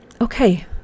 okay